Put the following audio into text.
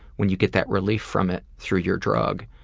when you get that relief from it through your drug,